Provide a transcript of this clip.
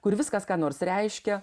kur viskas ką nors reiškia